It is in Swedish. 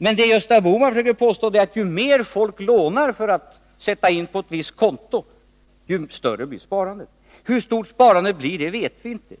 Men vad Gösta Bohman försöker påstå är att ju mer folk lånar för att sätta in på ett visst konto, desto större blir sparandet. Hur stort sparandet blir vet vi inte.